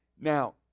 Now